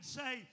say